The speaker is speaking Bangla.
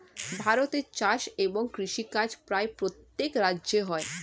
ভারতে চাষ এবং কৃষিকাজ প্রায় প্রত্যেক রাজ্যে হয়